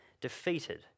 defeated